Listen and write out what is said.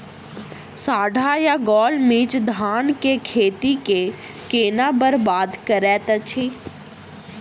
साढ़ा या गौल मीज धान केँ खेती कऽ केना बरबाद करैत अछि?